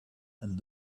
and